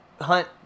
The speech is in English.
hunt